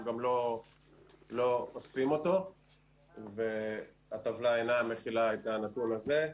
אנחנו גם לא אוספים אותו והטבלה אינה מכילה את הנתון הזה.